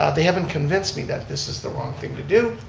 ah they haven't convinced me that this is the wrong thing to do.